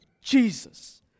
Jesus